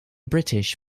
british